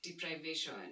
deprivation